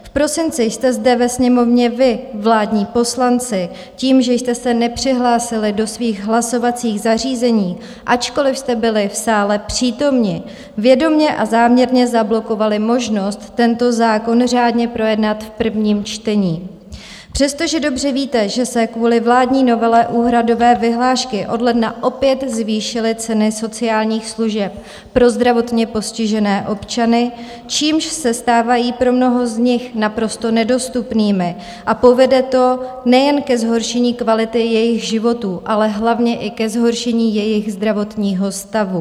V prosinci jste zde ve Sněmovně vy, vládní poslanci, tím, že jste se nepřihlásili do svých hlasovacích zařízení, ačkoliv jste byli v sále přítomni, vědomě a záměrně zablokovali možnost tento zákon řádně projednat v prvním čtení, přestože dobře víte, že se kvůli vládní novele úhradové vyhlášky od ledna opět zvýšily ceny sociálních služeb pro zdravotně postižené občany, čímž se stávají pro mnoho z nich naprosto nedostupnými a povede to nejen ke zhoršení kvality jejich životů, ale hlavně i ke zhoršení jejich zdravotního stavu.